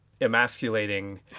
emasculating